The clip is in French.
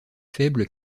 faible